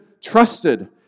trusted